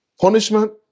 punishment